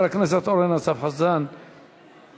איננו, חבר הכנסת אורן אסף חזן, איננו.